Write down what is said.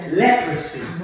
leprosy